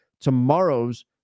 tomorrow's